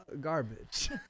garbage